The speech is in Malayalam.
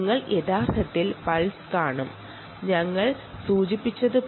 നിങ്ങൾക്ക് ഇവിടെ ഒരു പൾസ് കിട്ടുന്നു